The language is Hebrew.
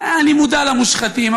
אני מודע למושחתים,